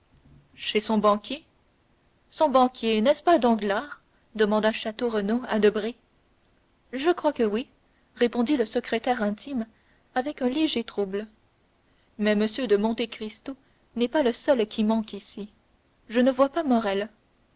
chez son banquier son banquier n'est-ce pas danglars demanda château renaud à debray je crois que oui répondit le secrétaire intime avec un léger trouble mais m de monte cristo n'est pas le seul qui manque ici je ne vois pas